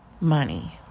money